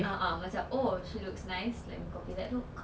ah ah macam oh she looks nice let me copy that look